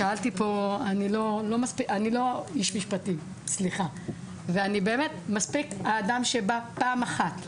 אני לא אשת משפטים אבל מספיק האדם שבא פעם אחת ופוגע,